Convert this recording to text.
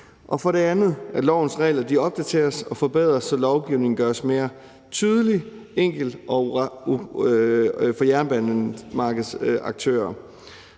det andet er det, at lovens regler opdateres og forbedres, så lovgivningen gøres mere tydelig og enkel for jernbanemarkedets aktører.